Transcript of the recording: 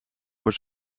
voor